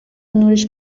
نورش